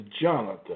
Jonathan